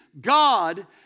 god